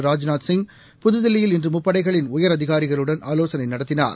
ராஜ்நாத் சிங் புதுதில்லியில் இன்று முப்படைகளின் உயரதிகாரிகளுடன் ஆலோசனை நடத்தினார்